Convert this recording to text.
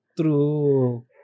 True